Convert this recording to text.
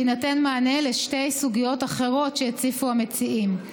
יינתן מענה על שתי סוגיות אחרות שהציפו המציעים: